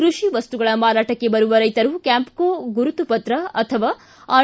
ಕೃಷಿ ವಸ್ತುಗಳ ಮಾರಾಟಕ್ಕೆ ಬರುವ ರೈತರು ಕ್ಕಾಂಪೋ ಗುರುತು ಪತ್ರ ಅಥವಾ ಆರ್